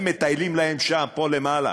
הם מטיילים להם שם, פה למעלה,